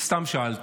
סתם שאלתי.